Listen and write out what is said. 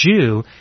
Jew